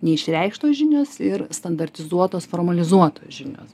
neišreikštos žinios ir standartizuotos formalizuotos žinios